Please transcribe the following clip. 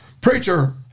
preacher